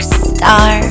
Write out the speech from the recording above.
star